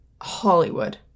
Hollywood